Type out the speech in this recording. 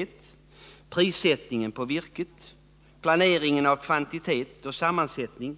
Man måste också ansvara för prissättningen på virket, för planeringen av kvantitet och sammansättning